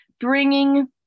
bringing